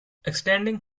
extending